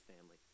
family